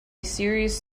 serious